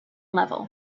level